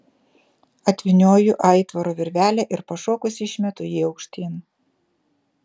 atvynioju aitvaro virvelę ir pašokusi išmetu jį aukštyn